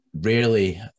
rarely